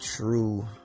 true